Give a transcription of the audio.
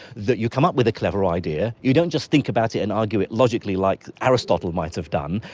that you come up with a clever idea, you don't just think about it and argue it logically like aristotle might have done,